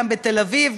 גם בתל-אביב,